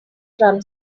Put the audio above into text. drum